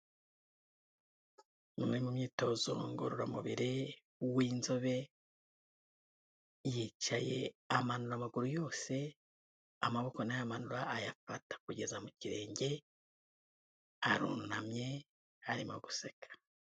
Imwe umwe mu myitozo ngororamubiri, uw'inzobe yicaye amanura amaguru yose, amaboko na yo arayamanura ayafata kugeza mu kirenge, arunamye arimo guseka.